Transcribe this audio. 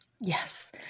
Yes